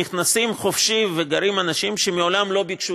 נכנסים חופשי וגרים אנשים שמעולם לא ביקשו